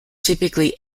typically